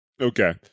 Okay